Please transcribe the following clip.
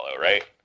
right